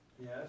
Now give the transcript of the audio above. Yes